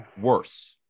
Worse